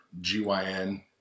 GYN